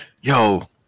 Yo